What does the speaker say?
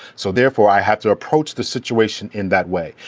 so therefore, i have to approach the situation in that way.